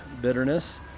bitterness